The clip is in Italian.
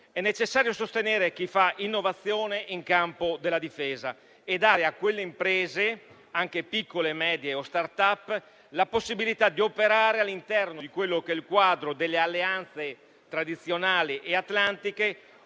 è necessario sostenere chi fa innovazione nel campo della Difesa e dare a quelle imprese, anche piccole e medie o *startup*, la possibilità di operare all'interno del quadro delle alleanze tradizionali e atlantiche,